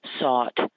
sought